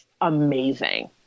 amazing